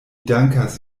dankas